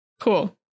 cool